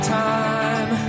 time